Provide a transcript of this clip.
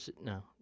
No